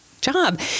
job